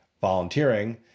volunteering